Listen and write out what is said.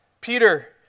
Peter